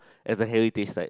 as a heritage site